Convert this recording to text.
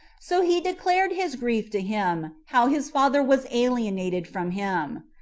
so he declared his grief to him, how his father was alienated from him.